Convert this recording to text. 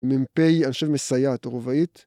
מ"פ אנשי מסייעת רובאית.